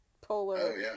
polar